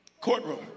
courtroom